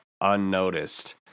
unnoticed